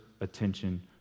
attention